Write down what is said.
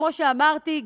כמו שאמרתי,